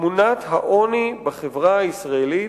תמונת העוני בחברה הישראלית,